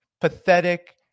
pathetic